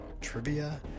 Trivia